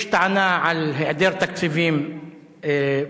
יש טענה על היעדר תקציבים במשטרה,